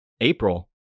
april